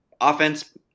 offense